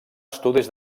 estudis